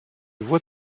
voie